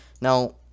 Now